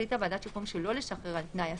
החליטה ועדת שחרורים שלא לשחרר על-תנאי אסיר,